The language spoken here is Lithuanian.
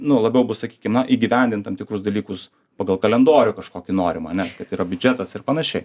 nu labiau bus sakykim na įgyvendint tam tikrus dalykus pagal kalendorių kažkokį norimą ane kad yra biudžetas ir panašiai